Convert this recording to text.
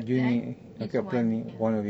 kaplan is one ya